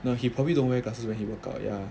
no he probably don't wear glasses when he work out yeah